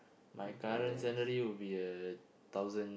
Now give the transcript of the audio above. my currently salary would be a thousand